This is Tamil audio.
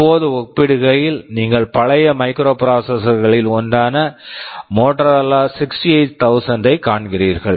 இப்போது ஒப்பிடுகையில் நீங்கள் பழைய மைக்ரோபிராசஸர்ஸ் microprocessors களில் ஒன்றான மோட்டோரோலா 68000 Motorola 68000 ஐக் காண்கிறீர்கள்